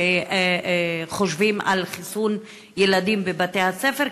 שחושבים על חיסון ילדים בבתי-הספר,